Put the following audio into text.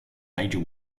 major